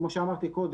כמו שאמרתי קודם,